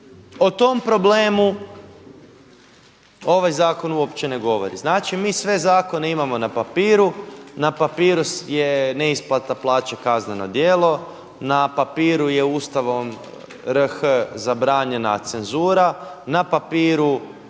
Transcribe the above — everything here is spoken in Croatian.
O tom problemu ovaj zakon uopće ne govori. Znači mi sve zakone imamo na papiru, na papir je neisplate plaće kazneno djelo, na papiru je Ustavom RH zabranjena cenzura, na papiru